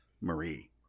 Marie